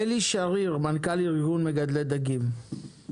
אלי שריר, מנכ"ל ארגון מגדלי דגים,